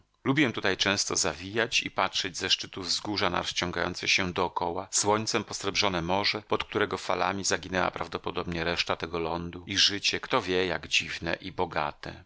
lubiłem tutaj często zawijać i patrzyć ze szczytu wzgórza na rozciągające się dookoła słońcem posrebrzone morze pod którego falami zaginęła prawdopodobnie reszta tego lądu i życie kto wie jak dziwne i bogate